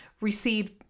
receive